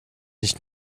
nicht